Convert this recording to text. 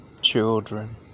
children